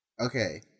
Okay